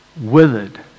withered